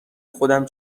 خودم